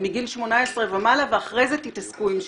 מגיל 18 ומעלה ואחרי זה תתעסקו עם 16,